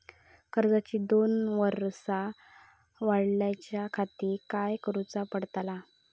कर्जाची दोन वर्सा वाढवच्याखाती काय करुचा पडताला?